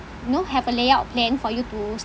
you know have a layout plan for you to